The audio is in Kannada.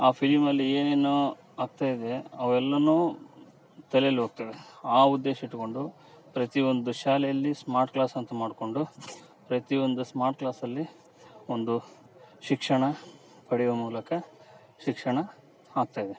ಆ ಫಿಲಿಮಲ್ಲಿ ಏನೇನೋ ಆಗ್ತಾ ಇದೆ ಅವೆಲ್ಲ ತಲೆಯಲ್ಲಿ ಹೋಗ್ತದೆ ಆ ಉದ್ದೇಶ ಇಟ್ಗೊಂಡು ಪ್ರತಿಯೊಂದು ಶಾಲೇಲಿ ಸ್ಮಾರ್ಟ್ ಕ್ಲಾಸ್ ಅಂತ ಮಾಡಿಕೊಂಡು ಪ್ರತಿಯೊಂದು ಸ್ಮಾರ್ಟ್ ಕ್ಲಾಸಲ್ಲಿ ಒಂದು ಶಿಕ್ಷಣ ಪಡೆಯುವ ಮೂಲಕ ಶಿಕ್ಷಣ ಆಗ್ತಾ ಇದೆ